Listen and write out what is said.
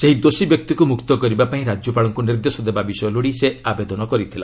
ସେହି ଦୋଷୀ ବ୍ୟକ୍ତିକୁ ମୁକ୍ତ କରିବାପାଇଁ ରାଜ୍ୟପାଳଙ୍କୁ ନିର୍ଦ୍ଦେଶ ଦେବା ବିଷୟ ଲୋଡ଼ି ସେ ଆବେଦନ କରିଥିଲା